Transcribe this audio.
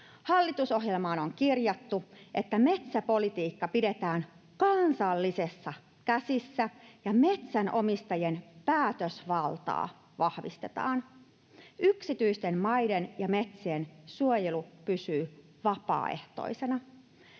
Hallitusohjelmaan on kirjattu, että metsäpolitiikka pidetään kansallisissa käsissä ja metsänomistajien päätösvaltaa vahvistetaan. Yksityisten maiden ja metsien suojelu pysyy vapaaehtoisena.